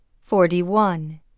forty-one